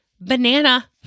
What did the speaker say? banana